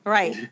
Right